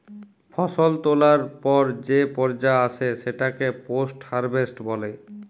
ফসল তোলার পর যে পর্যা আসে সেটাকে পোস্ট হারভেস্ট বলে